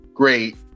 great